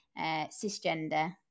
cisgender